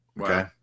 okay